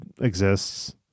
exists